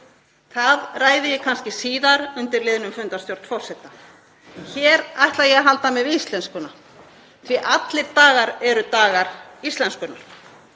Það ræði ég kannski síðar undir liðnum fundarstjórn forseta. Hér ætla ég að halda mig við íslenskuna því að allir dagar eru dagar íslenskunnar.